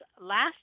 last